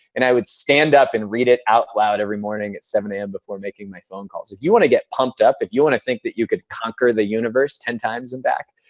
and i would stand up and read it out loud every morning at seven zero am before making my phone calls. if you want to get pumped up, if you want to think that you could conquer the universe ten times and back,